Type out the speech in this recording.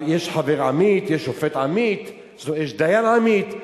יש חבר עמית, יש שופט עמית, יש דיין עמית.